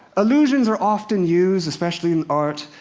illusions are often used, especially in art,